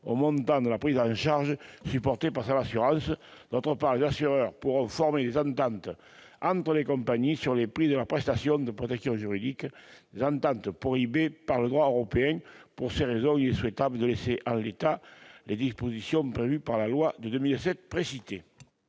au montant de la prise en charge supportée par son assurance. D'autre part, les assureurs pourront former des ententes entre les compagnies sur les prix de leurs prestations de protection juridique, des ententes prohibées par le droit européen. Pour ces raisons, il est souhaitable de laisser en l'état les dispositions prévues par la loi de 2007 précitée.